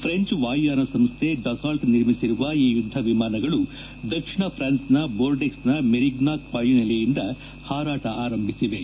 French ವಾಯುಯಾನ ಸಂಸ್ಥೆ Dassault ನಿರ್ಮಿಸಿರುವ ಈ ಯುದ್ದ ವಿಮಾನಗಳು ದಕ್ಷಿಣ ಪ್ರಾನ್ಸ್ನ ದೋರ್ಡೆಕ್ಸ್ನ ಮೆರಿಗ್ನಾಕ್ ವಾಯುನೆಲೆಯಿಂದ ಹಾರಾಟ ಆರಂಭಿಸಿವೆ